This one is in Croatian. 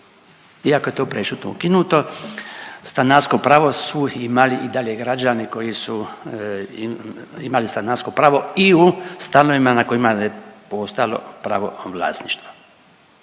iako je to prešutno ukinuto stanarsko pravo su imali i dalje građani koji su imali stanarsko pravo i u stanovima na kojima je postojalo pravo vlasništva.